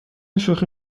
شوخی